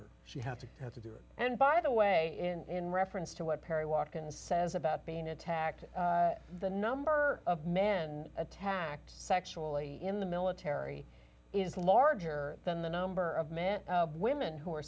her she had to have to do it and by the way and reference to what perry walked in and says about being attacked the number of men attacked sexually in the military is larger than the number of men women who are